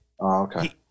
Okay